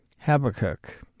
Habakkuk